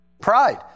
Pride